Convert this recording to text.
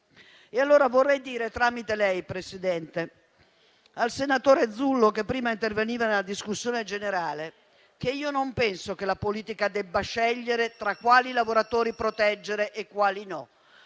vorrei dire tramite lei al senatore Zullo, che prima è intervenuto in discussione generale, che non penso che la politica debba scegliere tra quali lavoratori proteggere e quali no.